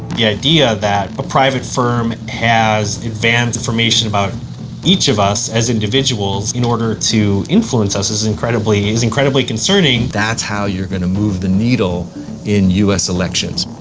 the idea that ah private firm has advanced information about each of us as individuals in order to influence us is is incredibly, is incredibly concerning. that's how you're gonna move the needle in us elections.